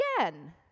again